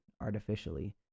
artificially